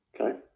Okay